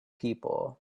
people